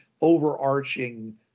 overarching